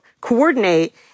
coordinate